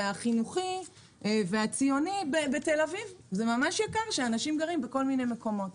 החינוכי והציוני בתל אביב כי זה ממש יקר שאנשים גרים בכל מיני מקומות.